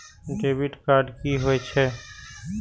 Debit card की होय छे?